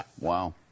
Wow